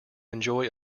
enjoy